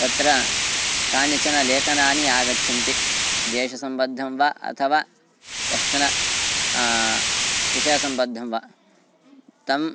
तत्र कानिचन लेखनानि आगच्छन्ति देशसम्बद्धं वा अथवा कश्चन विषय सम्बद्धं वा तम्